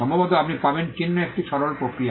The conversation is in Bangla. সম্ভবত আপনি পাবেন চিহ্ন এটি একটি সরল প্রক্রিয়া